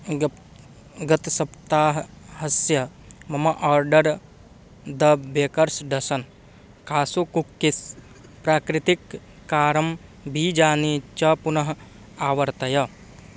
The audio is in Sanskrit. गत गतसप्ताहस्य मम order the baker's dozen cashew cookies प्राकृतिककारं बीजानि च पुनः आवर्तय